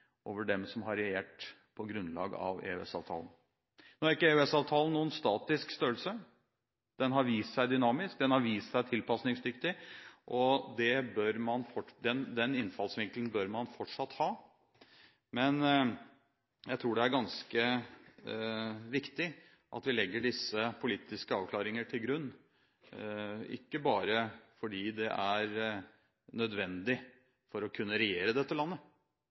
over dem som har regjert på grunnlag av EØS-avtalen. EØS-avtalen er ingen statisk størrelse. Den har vist seg å være dynamisk, den har vist seg å være tilpasningsdyktig, og den innfallsvinkelen bør man fortsatt ha. Men jeg tror det er ganske viktig at vi legger disse politiske avklaringer til grunn – ikke bare fordi det er nødvendig for å kunne regjere dette landet,